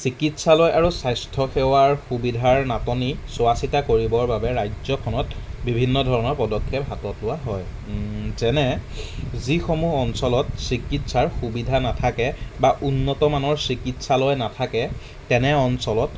চিকিৎসালয় আৰু স্বাস্থ্যসেৱাৰ নাটনি চোৱা চিতা কৰিবৰ বাবে ৰাজ্যখনত বিভিন্ন ধৰণৰ পদক্ষেপ হাতত লোৱা হয় যেনে যিসমূহ অঞ্চলত চিকিৎসাৰ সুবিধা নাথাকে বা উন্নতমানৰ চিকিৎসালয় নাথাকে তেনে অঞ্চলত